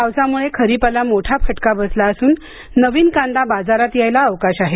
पावसामुळे खरिपाला मोठा फटका बसला असून नवीन कांदा बाजारात यायला अवकाश आहे